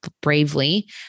Bravely